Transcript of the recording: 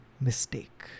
mistake